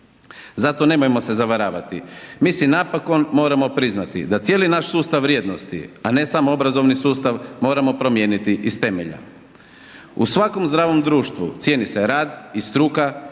Zato se nemojmo zavaravati, mi si napokon moramo priznati da cijeli naš sustav vrijednosti, a ne samo obrazovni sustav moramo promijeniti iz temelja. U svakom zdravom društvu cijeni se rad i struka i